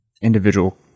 individual